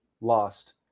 lost